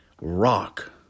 rock